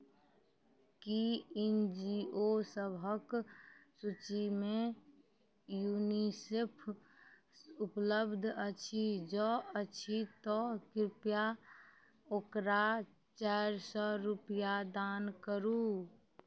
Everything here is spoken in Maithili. कि एन जी ओ सबके सूचिमे यूनिसेफ उपलब्ध अछि जँ अछि तऽ कृपया ओकरा चारि सओ रुपैआ दान करू